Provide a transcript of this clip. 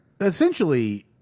essentially